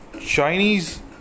chinese